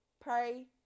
pray